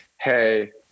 Hey